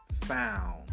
found